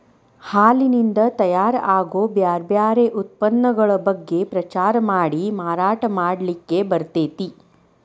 ಹಾಲಿನಿಂದ ತಯಾರ್ ಆಗೋ ಬ್ಯಾರ್ ಬ್ಯಾರೆ ಉತ್ಪನ್ನಗಳ ಬಗ್ಗೆ ಪ್ರಚಾರ ಮಾಡಿ ಮಾರಾಟ ಮಾಡ್ಲಿಕ್ಕೆ ಬರ್ತೇತಿ